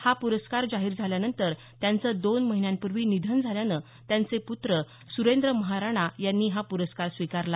हा पुरस्कार जाहीर झाल्यानंतर त्यांचं दोन महिन्यांपूर्वी निधन झाल्यानं त्यांचे पुत्र सुरेंद्र महाराणा यांनी हा पुरस्कार स्वीकारला